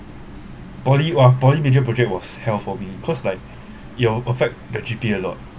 poly~ !wah! poly~ major project was hell for me cause like you affect the G_P_A a lot